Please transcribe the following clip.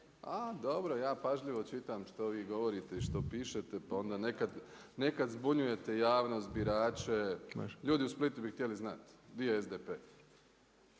A dobro, ja pažljivo čitam što vi govorite i što pišete pa onda nekad zbunjujete javnost, birače. Ljudi u Splitu bi htjeli znati gdje je SDP